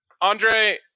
Andre